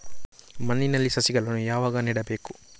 ಮಣ್ಣಿನಲ್ಲಿ ಸಸಿಗಳನ್ನು ಯಾವಾಗ ನೆಡಬೇಕು?